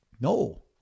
No